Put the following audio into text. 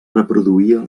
reproduïa